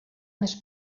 més